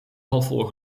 halfvol